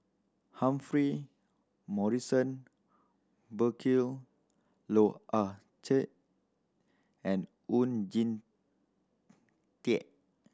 Humphrey Morrison Burkill Loh Ah Chee and Oon Jin Teik